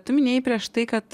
tu minėjai prieš tai kad